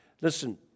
Listen